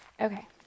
Okay